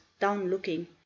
down-looking